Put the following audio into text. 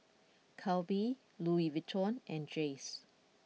Calbee Louis Vuitton and Jays